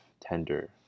tender